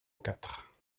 quatre